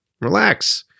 Relax